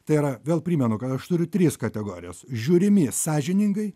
tai yra vėl primenu kad aš turiu tris kategorijas žiūrimi sąžiningai